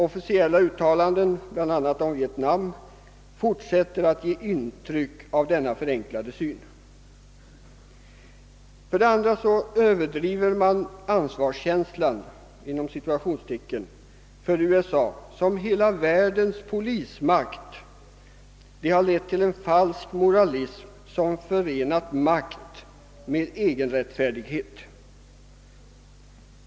Officiella uttalanden, bl.a. om Vietnam, fortsätter att ge intryck av denna förenklade syn. För det andra överdriver man »ansvarskänslan» för USA som hela världens polismakt. Det har lett till en falsk moralism som förenat makt med egenrättfärdighet.